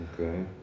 Okay